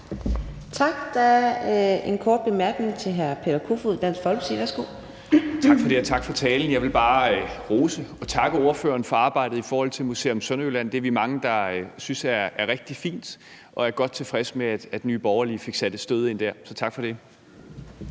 er en kort bemærkning til hr. Peter Kofod, Dansk Folkeparti. Værsgo. Kl. 11:51 Peter Kofod (DF): Tak for det, og tak for talen. Jeg vil bare rose og takke ordføreren for arbejdet i forhold til Museum Sønderjylland; det er vi mange der synes er rigtig fint. Jeg er godt tilfreds med, at Nye Borgerlige fik sat et stød ind dér, så tak for det.